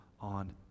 on